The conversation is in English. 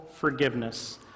Forgiveness